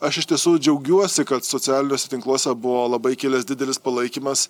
aš iš tiesų džiaugiuosi kad socialiniuose tinkluose buvo labai kilęs didelis palaikymas